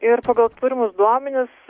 ir pagal turimus duomenis